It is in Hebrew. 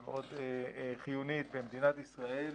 ומאוד חיונית במדינת ישראל.